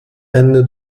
ende